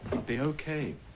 i'll be okay.